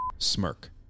smirk